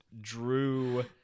drew